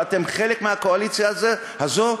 ואתם חלק מהקואליציה הזאת,